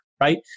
right